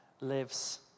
lives